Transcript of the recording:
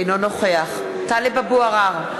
אינו נוכח טלב אבו עראר,